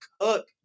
cook